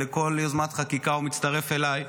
לכל יוזמת חקיקה הוא מצטרף אליי,